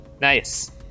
Nice